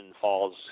falls